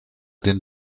den